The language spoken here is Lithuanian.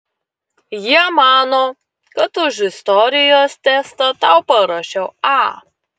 jie mano kad už istorijos testą tau parašiau a